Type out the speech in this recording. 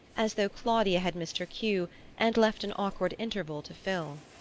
as though claudia had missed her cue and left an awkward interval to fill.